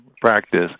practice